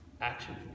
action